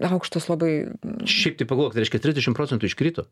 aukštas labai šiaip tai pagalvokit tai reiškia trisdešim procentų iškrito